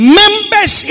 members